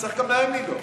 צריך גם להם לדאוג.